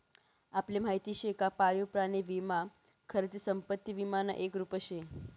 आपले माहिती शे का पाळीव प्राणी विमा खरं ते संपत्ती विमानं एक रुप शे